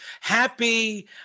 Happy